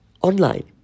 online